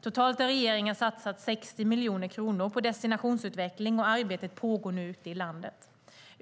Totalt har regeringen satsat 60 miljoner kronor på destinationsutveckling, och arbetet pågår nu ute i landet.